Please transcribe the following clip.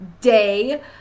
day